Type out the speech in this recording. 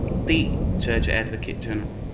the judge advocate general.